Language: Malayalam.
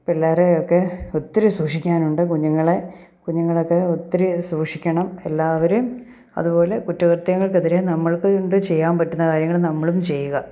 പിള്ളേരെയൊക്കെ ഒത്തിരി സൂക്ഷിക്കാനുണ്ട് കുഞ്ഞുങ്ങളെ കുഞ്ഞുങ്ങളൊക്കെ ഒത്തിരി സൂക്ഷിക്കണം എല്ലാവരും അതുപോലെ കുറ്റകൃത്യങ്ങൾക്കെതിരെ നമ്മളെ കൊണ്ടു ചെയ്യാൻ പറ്റുന്ന കാര്യങ്ങൾ നമ്മളും ചെയ്യുക